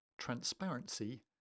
transparency